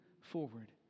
forward